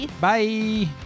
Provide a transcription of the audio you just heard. Bye